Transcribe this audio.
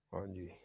ਹਾਂਜੀ